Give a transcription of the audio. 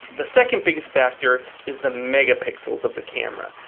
the second biggest factor is the megapixels of the camera.